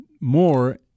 more